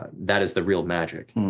um that is the real magic,